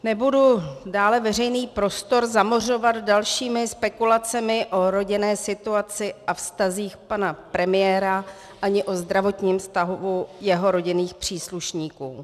Nebudu dále veřejný prostor zamořovat dalšími spekulacemi o rodinné situaci a vztazích pana premiéra ani o zdravotním stavu jeho rodinných příslušníků.